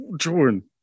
Jordan